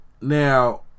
now